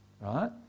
Right